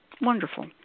wonderful